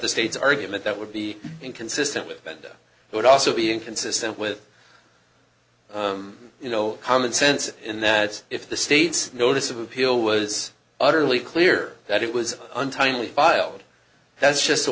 the state's argument that would be inconsistent with and would also be inconsistent with you know common sense in that if the states notice of appeal was utterly clear that it was untimely filed that's just